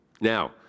Now